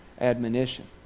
admonition